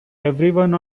everyone